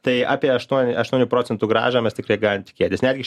tai apie aštuon aštuonių procentų grąžą mes tikrai galim tikėtis netgi